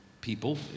people